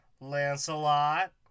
Lancelot